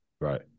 Right